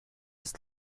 des